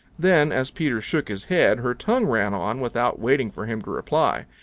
then as peter shook his head her tongue ran on without waiting for him to reply.